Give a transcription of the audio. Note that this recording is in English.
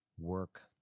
work